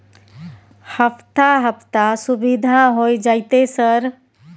हफ्ता हफ्ता सुविधा होय जयते सर?